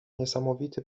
niesamowity